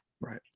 Right